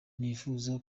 nifuza